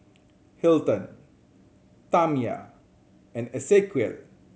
Hilton Tamya and Esequiel